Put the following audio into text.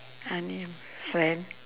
any uh friend